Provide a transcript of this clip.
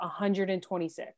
126